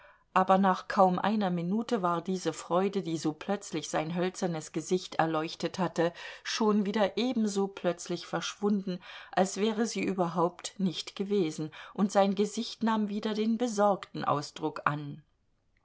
aber nach kaum einer minute war diese freude die so plötzlich sein hölzernes gesicht erleuchtet hatte schon wieder ebenso plötzlich verschwunden als wäre sie überhaupt nicht gewesen und sein gesicht nahm wieder den besorgten ausdruck an